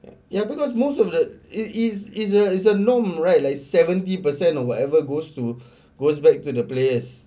ya because most of the it is is a is a norm right like seventy percent or whatever goes to goes back to the players